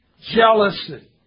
jealousy